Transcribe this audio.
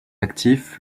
actif